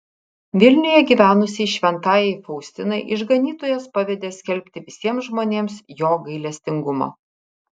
vilniuje gyvenusiai šventajai faustinai išganytojas pavedė skelbti visiems žmonėms jo gailestingumą